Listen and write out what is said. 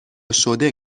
شده